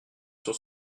sur